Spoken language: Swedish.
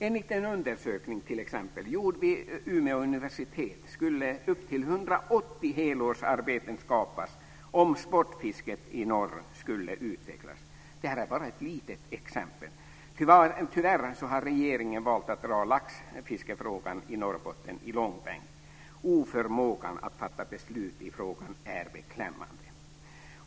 Enligt en liten undersökning gjord vid Umeå universitet skulle upp till 80 helårsarbeten skapas om sportfisket i norr utvecklades. Det här är bara ett litet exempel. Tyvärr har regeringen valt att dra laxfiskefrågan i Norrbotten i långbänk. Oförmågan att fatta beslut i frågan är beklämmande.